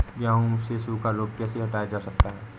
गेहूँ से सूखा रोग कैसे हटाया जा सकता है?